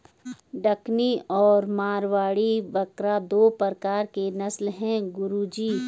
डकनी और मारवाड़ी बकरा दो प्रकार के नस्ल है गुरु जी